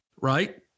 right